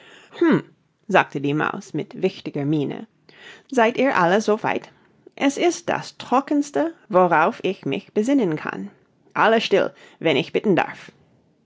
sagte die maus mit wichtiger miene seid ihr alle so weit es ist das trockenste worauf ich mich besinnen kann alle still wenn ich bitten darf